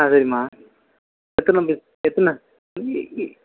ஆ சரிம்மா எத்தனை பீஸு எத்தனை